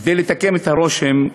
כדי לתקן את הרושם,